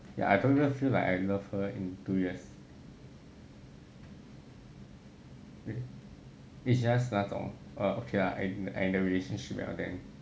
yeah I don't even feel like I love her in two years means it's just like 那种 okay lah end the relationship liao then